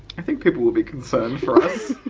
i think people will be concerned for